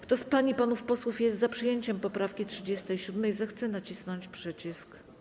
Kto z pań i panów posłów jest za przyjęciem poprawki 37., zechce nacisnąć przycisk.